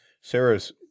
sarah's